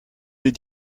des